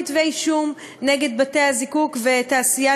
תקציבי ההעברה שהולכים לקצץ,